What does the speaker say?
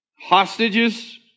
hostages